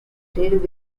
coated